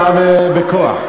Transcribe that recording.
פעם בכוח.